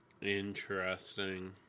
Interesting